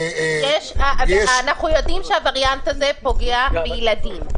אנחנו יודעים שהווריאנט הזה פוגע בילדים.